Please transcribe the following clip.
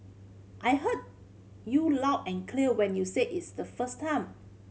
I heard you loud and clear when you said its the first time